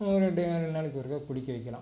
ஒரு டைம் ரெண்டு நாளைக்கு ஒருக்கா குளிக்க வைக்கலாம்